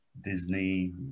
Disney